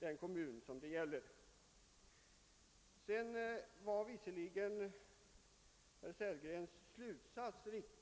Herr Sellgren